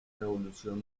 revolución